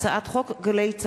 הצעת חוק גלי-צה"ל,